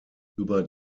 über